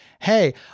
hey